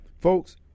folks